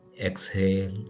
exhale